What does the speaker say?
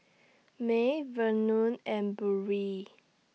May Vernon and Burrel